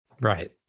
Right